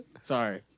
Sorry